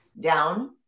down